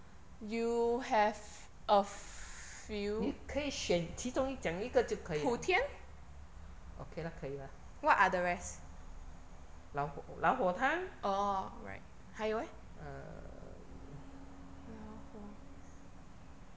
你可以选其中讲一个就可以了 okay lah 可以啦老火老火汤 err